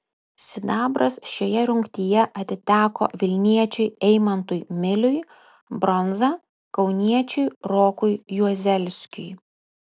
sidabras šioje rungtyje atiteko vilniečiui eimantui miliui bronza kauniečiui rokui juozelskiui